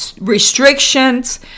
restrictions